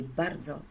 bardzo